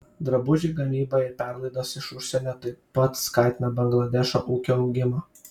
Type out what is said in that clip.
drabužių gamyba ir perlaidos iš užsienio taip pat skatina bangladešo ūkio augimą